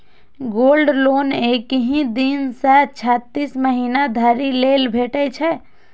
gold loan एक दिन सं छत्तीस महीना धरि लेल भेटै छै